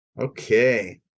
Okay